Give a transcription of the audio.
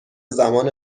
زمان